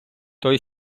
той